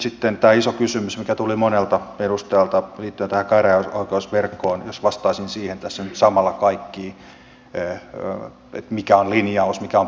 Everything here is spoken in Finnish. sitten tämä iso kysymys mikä tuli monelta edustajalta liittyen tähän käräjäoikeusverkkoon jos vastaisin tässä nyt samalla kaikkiin mikä on linjaus mikä on periaate